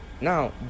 now